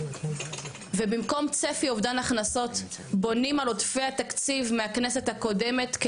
ובמקום צפי אובדן הכנסות בונים על עודפי התקציב מהכנסת הקודמת,